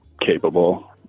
capable